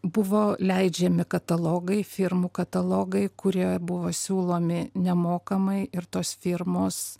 buvo leidžiami katalogai firmų katalogai kurie buvo siūlomi nemokamai ir tos firmos